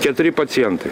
keturi pacientai